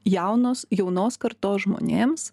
jaunos jaunos kartos žmonėms